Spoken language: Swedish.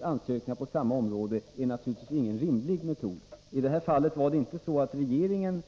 ansökningar på samma område är naturligtvis ingen rimlig metod. I detta fall var det inte så att regeringen